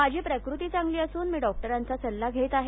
माझी प्रकृती चांगली असून मी डॉक्टरांचा सल्ला घेत आहे